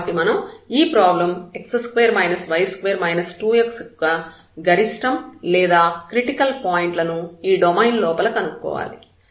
కాబట్టి మనం ఈ ప్రాబ్లం x2 y2 2x యొక్క గరిష్టం లేదా క్రిటికల్ పాయింట్లను ఈ డొమైన్ లోపల కనుక్కోవాలి